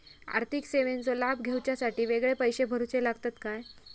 आर्थिक सेवेंचो लाभ घेवच्यासाठी वेगळे पैसे भरुचे लागतत काय?